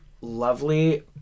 lovely